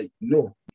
No